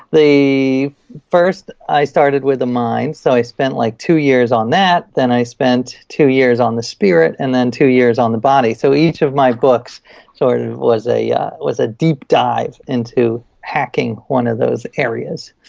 first, i started with the mind. so i spent like two years on that. then i spent two years on the spirit and then two years on the body, so each of my books sort of was a yeah was a deep dive into hacking one of those areas.